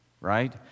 Right